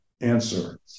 answer